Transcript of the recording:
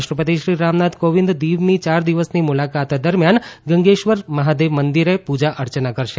રાષ્ટ્રપતિ શ્રી રામનાથ કોવિંદ દીવની ચાર દિવસની મુલાકાત દરમિયાન ગંગેશ્વર મહાદેવ મંદિરે પૂજા અર્ચના કરશે